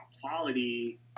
quality